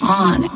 on